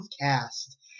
cast